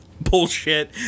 bullshit